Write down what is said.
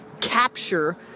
capture